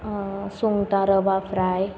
सुंगटां रवा फ्राय